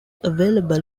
available